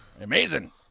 Amazing